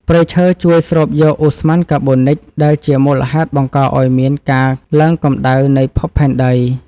ព្រៃឈើជួយស្រូបយកឧស្ម័នកាបូនិចដែលជាមូលហេតុបង្កឱ្យមានការឡើងកម្ដៅនៃភពផែនដី។